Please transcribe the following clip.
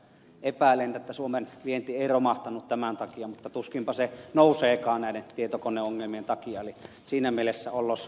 epäilen että suomen vienti ei romahtanut tämän takia mutta tuskinpa se nouseekaan näiden tietokoneongelmien takia eli siinä mielessä ollos veli huoleton